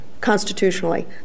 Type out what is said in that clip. constitutionally